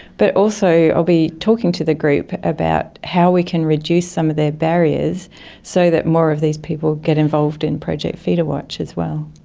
but also i'll be talking to the group about how we can reduce some of their barriers so that more of these people get involved in project feederwatch as well.